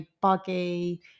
buggy